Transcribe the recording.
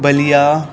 Ballia